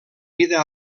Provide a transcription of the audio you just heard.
vida